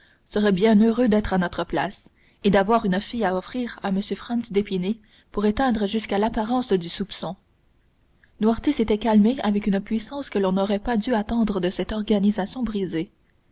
seraient bien heureux d'être à notre place et d'avoir une fille à offrir à m franz d'épinay pour éteindre jusqu'à l'apparence du soupçon noirtier s'était calmé avec une puissance que l'on n'aurait pas dû attendre de cette organisation brisée